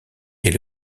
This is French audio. est